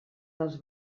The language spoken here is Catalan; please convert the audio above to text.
dels